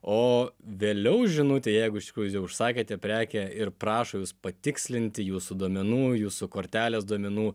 o vėliau žinutė jeigu iš tikrųjų jūs jau užsakėte prekę ir prašo jus patikslinti jūsų duomenų jūsų kortelės duomenų